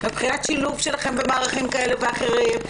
מבחינת שילוב שלכן במערכים כאלה ואחרים,